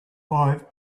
five